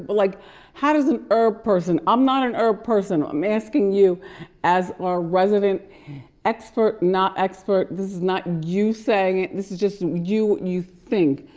but like how does an herb person, i'm not an herb person, i'm asking you as ah resident expert, not expert, this is not you saying it, this is just what you think.